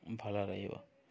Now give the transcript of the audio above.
ଭଲ ରହିବ